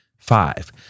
Five